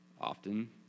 often